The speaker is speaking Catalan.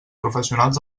professionals